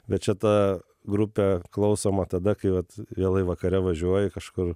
bet čia ta grupė klausoma tada kai vat vėlai vakare važiuoji kažkur